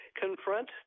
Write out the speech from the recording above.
confront